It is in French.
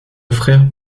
frère